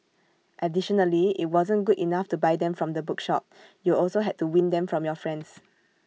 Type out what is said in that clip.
additionally IT wasn't good enough to buy them from the bookshop you also had to win them from your friends